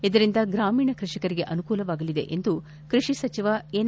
ಇದರಿಂದ ಗ್ರಾಮೀಣ ಕೃಷಿಕರಿಗೆ ಅನುಕೂಲವಾಗಲಿದೆ ಎಂದು ಕೃಷಿ ಸಚಿವ ಎನ್